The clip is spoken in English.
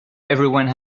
everyone